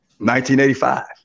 1985